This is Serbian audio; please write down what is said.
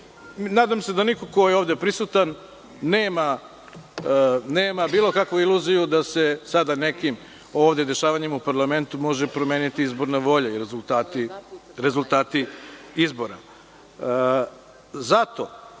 nadam se da niko ko je ovde prisutan nema bilo kakvu iluziju da se sada nekim ovde dešavanjima u parlamentu može promeniti izborna volja i rezultati izbora. Zato,